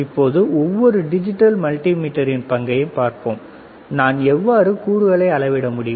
இப்போது ஒவ்வொரு டிஜிட்டல் மல்டிமீட்டரின் பங்கையும் பார்ப்போம் நான் எவ்வாறு கூறுகளை அளவிட முடியும்